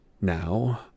now